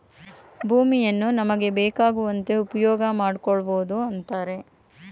ಭೂಮಿಯನ್ನು ನಮಗೆ ಬೇಕಾಗುವಂತೆ ಉಪ್ಯೋಗಮಾಡ್ಕೊಳೋದು ಅಂತರೆ